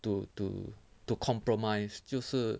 to to to compromise 就是